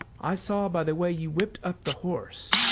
i saw by the way you whipped up the horse.